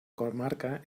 comarca